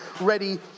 ready